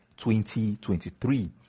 2023